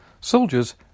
Soldiers